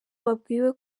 babwiwe